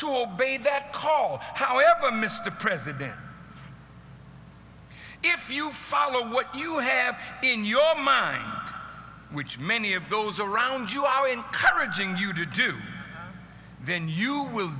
to obey that call however mr president if you follow what you have in your mind which many of those around you are encouraging you to do then you will